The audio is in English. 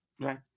right